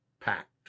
packed